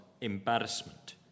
embarrassment